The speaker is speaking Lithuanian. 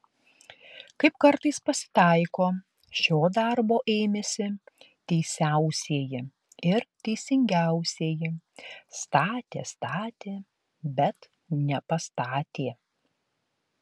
kaip kartais pasitaiko šio darbo ėmėsi teisiausieji ir teisingiausieji statė statė bet nepastatė